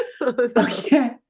Okay